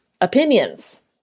opinions